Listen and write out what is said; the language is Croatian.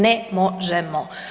Ne možemo.